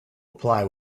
apply